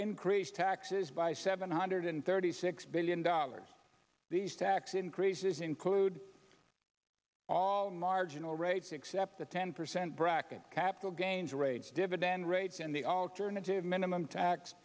increase taxes by seven hundred thirty six billion dollars these tax increases include all marginal rates except the ten percent bracket capital gains rates dividend rates and the alternative minimum tax